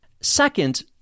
Second